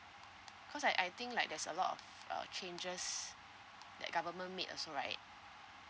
cause I I think like there's a lot of uh changes that government made also right